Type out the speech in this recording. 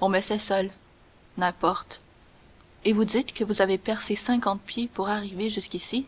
on me sait seul n'importe et vous dites que vous avez percé cinquante pieds pour arriver jusqu'ici